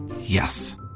Yes